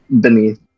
beneath